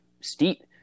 steep